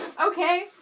Okay